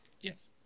Yes